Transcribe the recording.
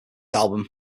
album